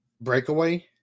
breakaway